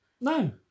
No